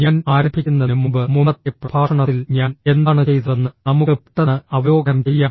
ഞാൻ ആരംഭിക്കുന്നതിന് മുമ്പ് മുമ്പത്തെ പ്രഭാഷണത്തിൽ ഞാൻ എന്താണ് ചെയ്തതെന്ന് നമുക്ക് പെട്ടെന്ന് അവലോകനം ചെയ്യാം